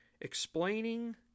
explaining